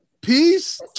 peace